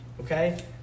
Okay